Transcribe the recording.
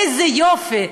איזה יופי.